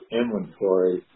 inventory